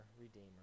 Redeemer